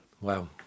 Wow